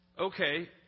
okay